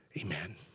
Amen